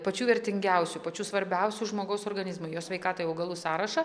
pačių vertingiausių pačių svarbiausių žmogaus organizmui jo sveikatai augalų sąrašą